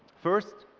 first,